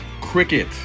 Cricket